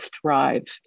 thrive